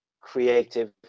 creative